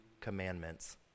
commandments